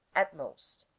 at most